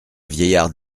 vieillard